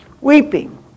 Weeping